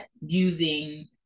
using